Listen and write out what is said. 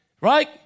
Right